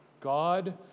God